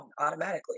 automatically